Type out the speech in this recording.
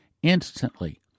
instantly